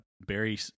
Barry